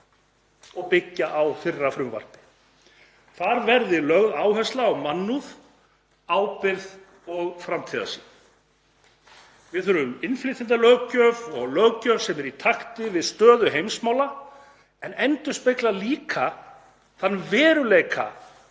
og byggja á fyrra frumvarpi. Þar verði lögð áhersla á mannúð, ábyrgð og framtíðarsýn. Við þurfum innflytjendalöggjöf og löggjöf sem er í takti við stöðu heimsmála en endurspeglar líka þann veruleika